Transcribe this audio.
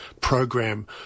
program